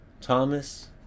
Thomas